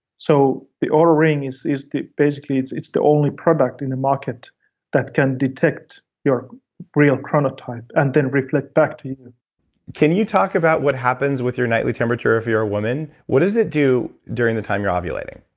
so the oura ring is is basically, it's it's the only product in the market that can detect your real chronotype and then reflect back to you can you talk about what happens with your nightly temperature if you're a woman? what does it do during the time you're ovulating?